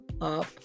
up